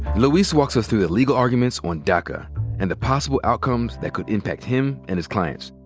luis walks us through the legal arguments on daca and the possible outcomes that could impact him and his clients.